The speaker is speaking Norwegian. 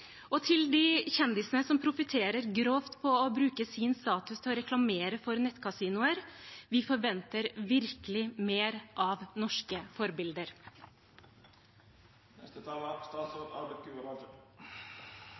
Til de kjendisene som profitterer grovt på å bruke sin status til å reklamere for nettkasinoer: Vi forventer virkelig mer av norske forbilder.